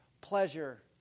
pleasure